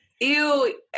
Ew